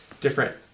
different